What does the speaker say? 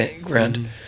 ground